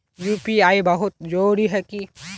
UPI बहुत जरूरी है की?